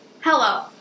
Hello